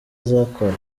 azakora